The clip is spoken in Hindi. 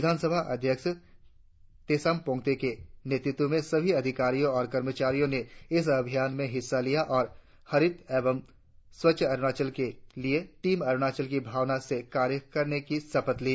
विधानसभा उपाध्यक्ष तेसाम पोंगते के नेतृत्व में सभी अधिकारियों और कर्मचारियों ने इस अभियान में हिस्सा लिया और हरित एवं स्वच्छ अरुणाचल के लिए टीम अरुणाचल की भावना से कार्य करने की शपथ ली